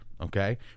Okay